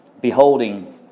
beholding